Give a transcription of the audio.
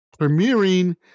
premiering